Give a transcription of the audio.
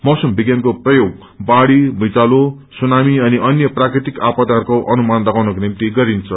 मौसम विज्ञानको प्रयोग बाढ़ी भूईचखँलो सुनामी अनि अन्य प्रकृतिक आपदाहरूको अनुमान लागाउनको ानिम्ति गरिन्छ